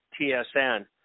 TSN